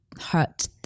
hurt